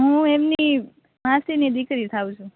હું એમની માસીની દીકરી થાઉ છું